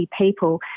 people